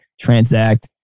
transact